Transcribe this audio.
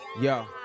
yo